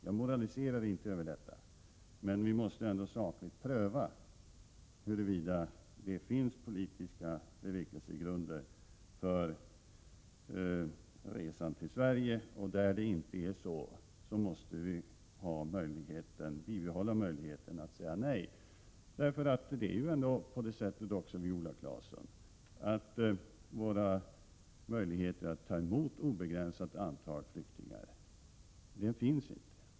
Jag moraliserar inte över detta, men vi måste sakligt pröva huruvida det finns sakliga bevekelsegrunder för resan till Sverige. Där sådana inte finns måste vi bibehålla möjligheten att säga nej. Vi har ändå inte, Viola Claesson, möjlighet att ta emot ett obegränsat antal flyktingar.